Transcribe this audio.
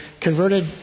converted